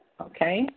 Okay